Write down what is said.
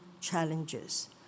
challenges